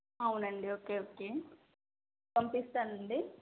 అవునండి okay okay పంపిస్తానండి